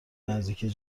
نزدیکی